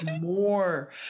more